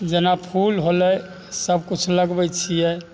जेना फूल होलै सभकिछु लगबै छियै